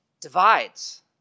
divides